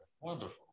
wonderful